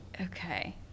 Okay